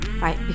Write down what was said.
Right